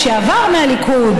לשעבר מהליכוד.